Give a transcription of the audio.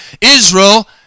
Israel